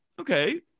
okay